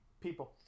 people